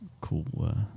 cool